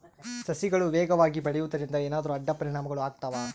ಸಸಿಗಳು ವೇಗವಾಗಿ ಬೆಳೆಯುವದರಿಂದ ಏನಾದರೂ ಅಡ್ಡ ಪರಿಣಾಮಗಳು ಆಗ್ತವಾ?